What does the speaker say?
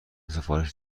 سفارش